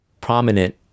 prominent